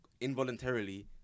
involuntarily